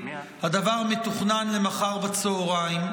הדבר מתוכנן למחר בצהריים.